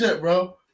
bro